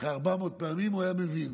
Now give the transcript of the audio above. אחרי 400 פעמים, הוא היה מבין.